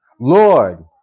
Lord